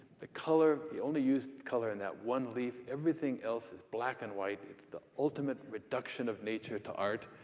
the color. the only use of color in that one leaf everything else is black and white. it's the ultimate reduction of nature to art.